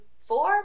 four